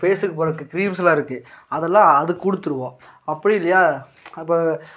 ஃபேஸுக்கு போடுறக்கு க்ரீம்ஸெல்லாம் இருக்குது அதெல்லாம் அதுக்கு கொடுத்துருவோம் அப்படியும் இல்லையா அப்போ